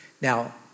Now